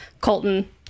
Colton